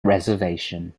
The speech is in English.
reservation